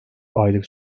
aylık